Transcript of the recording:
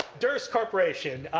durst corporation.